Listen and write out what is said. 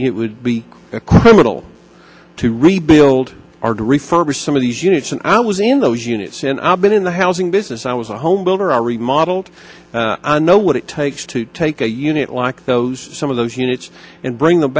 it would be a criminal to rebuild are to refurbish some of these units and i was in those units and i've been in the housing business i was a home builder i remodeled i know what it takes to take a unit like those some of those units and bring them